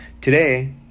Today